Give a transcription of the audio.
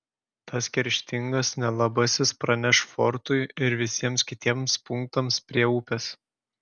tas kerštingas nelabasis praneš fortui ir visiems kitiems punktams prie upės